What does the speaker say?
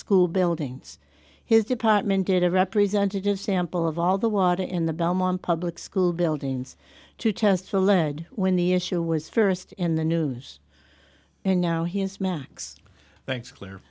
school building it's his department did a representative sample of all the water in the belmont public school buildings to test the lead when the issue was first in the news and now he has max